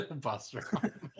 Buster